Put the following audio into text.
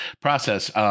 process